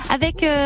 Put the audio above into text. avec